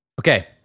okay